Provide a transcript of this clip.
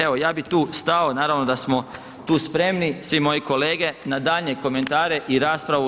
Evo ja bih tu stao, naravno da smo tu spremni, svi moji kolege na daljnje komentare i raspravu.